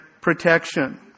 protection